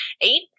Eight